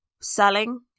selling